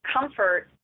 comfort